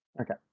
Okay